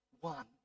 One